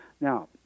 Now